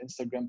Instagram